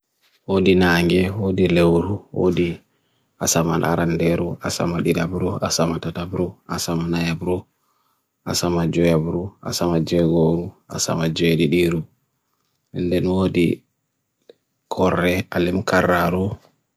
Odi nangye, odi lewru, odi asaman aran deru, asama didabru, asama todabru, asama naebru, asama joyebru, asama jego, asama jedi diru. Nde nuhodi kore alem kararu.